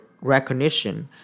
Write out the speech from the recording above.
recognition